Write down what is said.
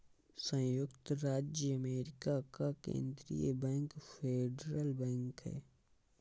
सयुक्त राज्य अमेरिका का केन्द्रीय बैंक फेडरल बैंक है